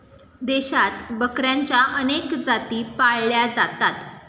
देशात बकऱ्यांच्या अनेक जाती पाळल्या जातात